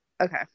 okay